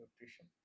nutrition